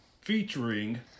Featuring